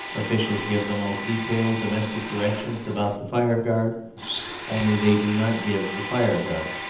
officials give the most detailed domestic directions about the fireguard only they do not give the fireguard.